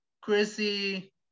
Chrissy